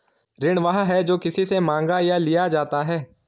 ऋण वह है, जो किसी से माँगा या लिया जाता है